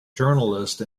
journalist